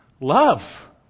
love